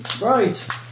Right